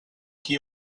qui